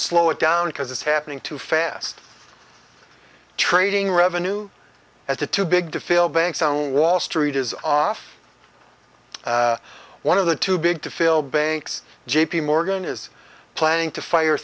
slow it down because it's happening too fast trading revenue at the too big to fail banks on wall street is off one of the too big to fail banks j p morgan is planning to fire